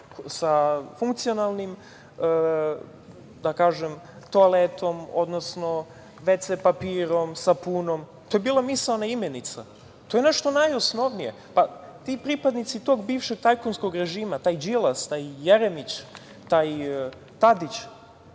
sa funkcionalnim toaletom, odnosno VC papirom, sapunom. To je bila misaona imenica. To je nešto najosnovnije. Ti pripadnici tog bivšeg tajkunskog režima, taj Đilas, taj Jeremić, taj Tadić,